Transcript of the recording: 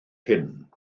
hyn